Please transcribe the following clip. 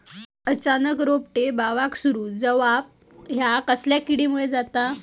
अचानक रोपटे बावाक सुरू जवाप हया कसल्या किडीमुळे जाता?